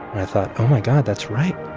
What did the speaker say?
i thought, oh, my god. that's right.